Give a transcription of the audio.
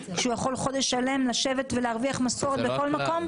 כשהוא יכול חודש שלם לשבת ולהרוויח משכורת בכל מקום?